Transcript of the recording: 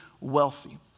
wealthy